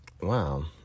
Wow